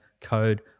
code